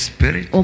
Spirit